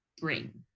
bring